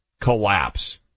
collapse